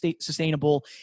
sustainable